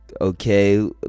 okay